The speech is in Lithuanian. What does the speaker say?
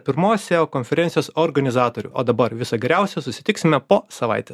pirmos seo konferencijos organizatorių o dabar viso geriausio susitiksime po savaitės